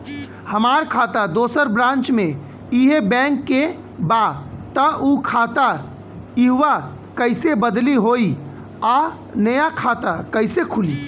हमार खाता दोसर ब्रांच में इहे बैंक के बा त उ खाता इहवा कइसे बदली होई आ नया खाता कइसे खुली?